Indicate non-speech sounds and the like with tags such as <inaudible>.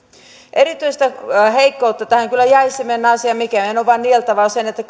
erityistä heikkoutta tähän kyllä jäi semmoinen asia mikä meidän on vain nieltävä on se <unintelligible>